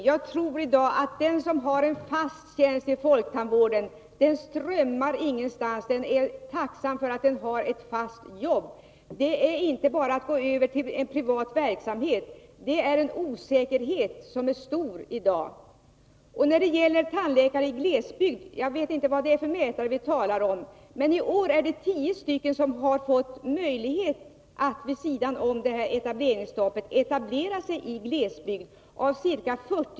Herr talman! Jag tror att den som i dag har en fast tjänst inom folktandvården inte ”strömmar någonstans”. Man är tacksam för att man har ett fast jobb. Det är inte bara att gå över till privat verksamhet. Där råder stor osäkerhet i dag. När det gäller tandläkare i glesbygd — jag vet inte vad det är för mätare som det talas om här — är det i år 10 stycken av ca 40 sökande som har fått möjlighet att vid sidan av etableringskontrollen etablera sig i glesbygd.